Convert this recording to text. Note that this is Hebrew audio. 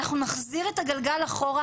אנחנו נחזיר את הגלגל אחורה,